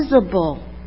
visible